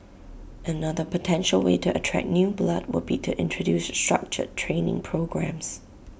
another potential way to attract new blood would be to introduce structured training programmes